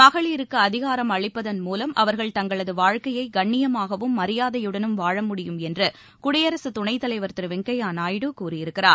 மகளிருக்கு அதிகாரம் அளிப்பதன் மூலம் அவர்கள் தங்களது வாழ்க்கையை கண்ணியமாகவும் மரியாதையுடனும் வாழ முடியும் என்று குடியரசு துணைத் தலைவர் திரு வெங்கப்ய நாயுடு கூறியிருக்கிறார்